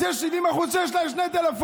אז יש 70% שיש להם שני טלפונים.